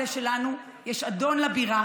בעולם הזה שלנו יש אדון לבירה,